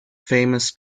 famous